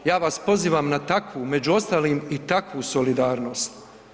Ja vas pozivam na takvu, među ostalim i takvu solidarnost.